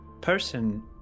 person